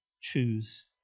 choose